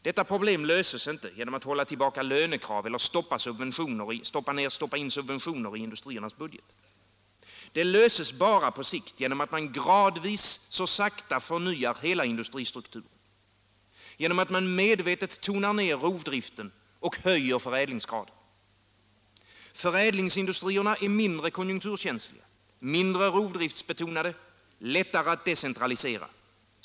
Detta problem löser man inte genom att hålla tillbaka lönekrav eller stoppa in subventioner i industriernas budget. Det löses bara på sikt genom att man gradvis så sakta förnyar hela industristrukturen, genom att man med 201 Om strukturproblemen inom svenskt produktionsliv vetet tonar ner rovdriften och höjer förädlingsgraden. Förädlingsindustrierna är mindre konjunkturkänsliga, mindre rovdriftsbetonade, lättare att decentralisera.